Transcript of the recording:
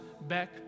back